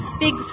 big